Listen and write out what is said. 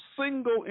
single